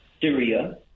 Syria